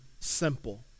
simple